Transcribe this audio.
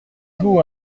vous